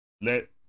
let